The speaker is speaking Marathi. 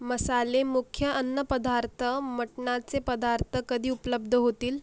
मसाले मुख्य अन्नपदार्थ मटणाचे पदार्थ कधी उपलब्ध होतील